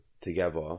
together